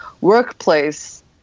workplace